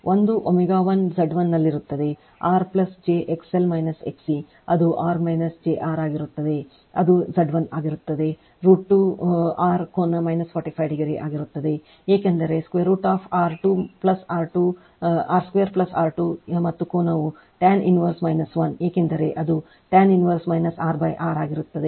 ಒಂದು ω1 Z1 ನಲ್ಲಿರುತ್ತದೆ R j XL XC ಅದು R jR ಆಗಿರುತ್ತದೆ ಅದು Z1 ಆಗಿರುತ್ತದೆ √ 2 R ಕೋನ 45 ಡಿಗ್ರಿ ಆಗಿರುತ್ತದೆ ಏಕೆಂದರೆ √ R2 R 2 ಮತ್ತು ಕೋನವು ಟ್ಯಾನ್ ಇನ್ವರ್ಸ್ 1 ಏಕೆಂದರೆ ಅದು ಟ್ಯಾನ್ಇನ್ವರ್ಸ್ R R ಆಗುತ್ತದೆ